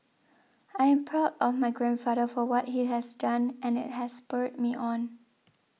I am proud of my grandfather for what he has done and it has spurred me on